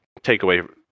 takeaway